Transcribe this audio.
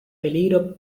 peligro